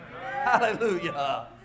Hallelujah